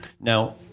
Now